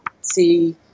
see